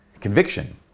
Conviction